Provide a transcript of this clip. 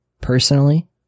personally